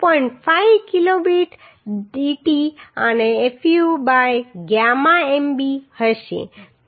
5 kb kb dt in fu by gamma mb હશે